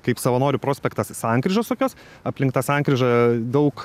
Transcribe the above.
kaip savanorių prospektas sankryžos tokios aplink tą sankryžą daug